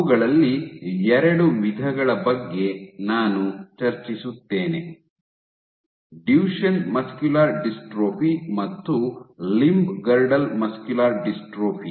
ಅವುಗಳಲ್ಲಿ ಎರಡು ವಿಧಗಳ ಬಗ್ಗೆ ನಾನು ಚರ್ಚಿಸುತ್ತೇನೆ ಡುಚೆನ್ ಮಸ್ಕ್ಯುಲರ್ ಡಿಸ್ಟ್ರೋಫಿ ಮತ್ತು ಲಿಂಬ್ ಗರ್ಡ್ಲ್ ಮಸ್ಕ್ಯುಲರ್ ಡಿಸ್ಟ್ರೋಫಿ